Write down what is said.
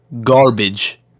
garbage